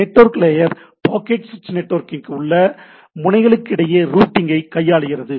network layer packet switched நெட்வொர்க்கில் உள்ள முனைகளுக்கிடையே ரூட்டிங்கை கையாளுகிறது